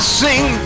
sing